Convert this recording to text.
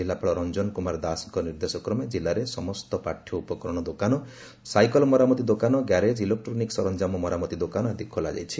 ଜିଲ୍ଲାପାଳ ରଞ୍ଞନ କୁମାର ଦାସଙ୍ଙ ନିର୍ଦ୍ଦେଶକ୍ରମେ ଜିଲ୍ଲାରେ ସମସ୍ତ ପାଠ୍ୟ ଉପକରଶ ଦୋକାନ ସାଇକଲ ମରାମତି ଦୋକାନ ଗ୍ୟାରେଜ ଇଲେକ୍କୋନିକ୍ ସରଞାମ ମରାମତି ଦୋକାନ ଆଦି ଖୋଲା ଯାଇଛି